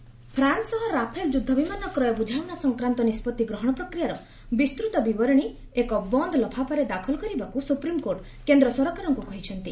SC Rafale France ସହ Rafale ଯୁଦ୍ଧ ବିମାନ କ୍ରୟ ବୁଝାମଣା ସଂକ୍ରାନ୍ତ ନିଷ୍କଭି ଗ୍ରହଣ ପ୍ରକ୍ରିୟାର ବିସ୍ତୃତ ବିବରଣୀ ଏକ ବନ୍ଦ ଲଫାଫାରେ ଦାଖଲ କରିବାକୁ ସୁପ୍ରିମକୋର୍ଟ କେନ୍ଦ୍ର ସରକାରଙ୍କୁ କହିଛନ୍ତି